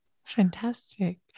fantastic